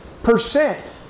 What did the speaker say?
Percent